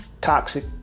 toxic